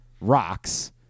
rocks